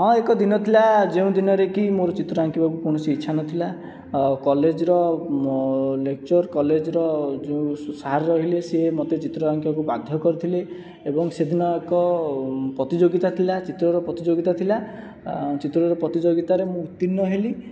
ହଁ ଏକ ଦିନ ଥିଲା ଯେଉଁ ଦିନରେକି ମୋର ଚିତ୍ର ଅଙ୍କିବାକୁ କୌଣସି ଇଚ୍ଛା ନଥିଲା କଲେଜର ଲେକ୍ଚର କଲେଜର ଯେଉଁ ସାର୍ ରହିଲେ ସିଏ ମୋତେ ଚିତ୍ର ଆଙ୍କିବାକୁ ବାଧ୍ୟ କରିଥିଲେ ଏବଂ ସେଦିନ ଏକ ପ୍ରତିଯୋଗିତା ଥିଲା ଚିତ୍ରର ପ୍ରତିଯୋଗିତା ଥିଲା ଚିତ୍ରର ପ୍ରତିଯୋଗିତାରେ ମୁଁ ଉତ୍ତୀର୍ଣ୍ଣ ହେଲି